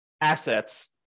assets